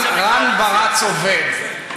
רן ברץ עובד.